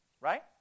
Right